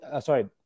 sorry